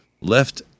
left